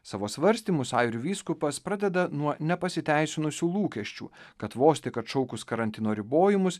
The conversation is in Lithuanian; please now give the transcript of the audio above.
savo svarstymus airių vyskupas pradeda nuo nepasiteisinusių lūkesčių kad vos tik atšaukus karantino ribojimus